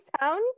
sound